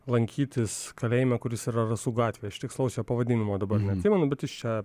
lankytis kalėjime kuris yra rasų gatvėj aš tikslaus jo pavadinimo dabar neatsimenu bet jis čia